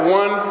one